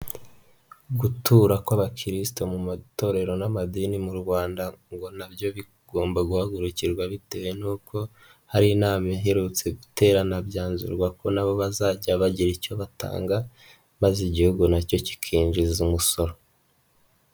Gutura kw'abakirisito mu matorero n'amadini mu Rwanda ngo nabyo bigomba guhagakirwa bitewe n'uko hari inama iherutse guterana byanzurwa ko nabo bazajya bagira icyo batanga maze igihugu na cyo kikinjiza umusoro.